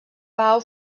pau